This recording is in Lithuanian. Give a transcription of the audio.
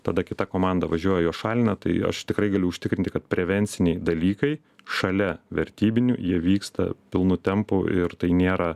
tada kita komanda važiuoja juos šalina tai aš tikrai galiu užtikrinti kad prevenciniai dalykai šalia vertybinių jie vyksta pilnu tempu ir tai nėra